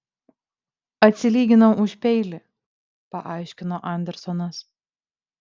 atsilyginau už peilį paaiškino andersonas